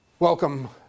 Welcome